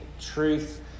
truth